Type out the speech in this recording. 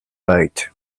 byte